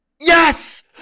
Yes